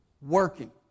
working